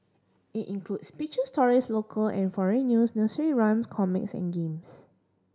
it includes picture stories local and foreign news nursery rhymes comics and games